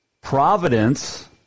Providence